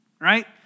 right